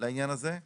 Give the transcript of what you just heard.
לעניין הזה.